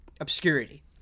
obscurity